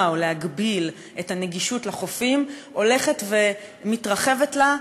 או להגביל את הנגישות של החופים הולכת ומתרחבת לה,